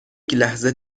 لحظه